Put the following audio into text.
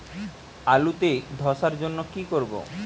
আলুতে ধসার জন্য কি করব?